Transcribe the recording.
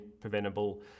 preventable